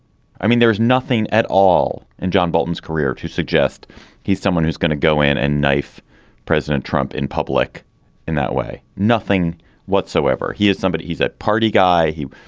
i mean, there's nothing at all in john bolton's career to suggest he's someone who's gonna go in and knife president trump in public in that way. nothing whatsoever he is somebody. he's a party guy who.